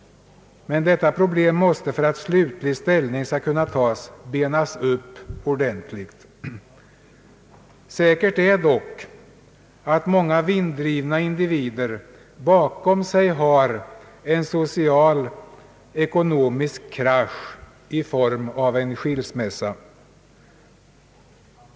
Men detta problem måste benas upp ordentligt för att slutlig ställning skall kunna tas. Säkert är dock att många vinddrivna individer bakom sig har en social eller ekonomisk krasch i form av en skilsmässa.